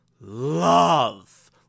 love